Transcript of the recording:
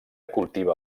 cultiva